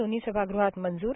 दोन्ही सभाग़हात मंजूर